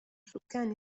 سكان